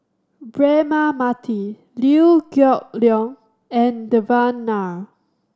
Braema Mathi Liew Geok Leong and Devan Nair